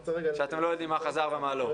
שאתם לא יודעים מה חזר ומה לא.